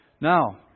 Now